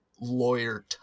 lawyer